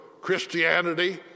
Christianity